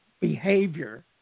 behavior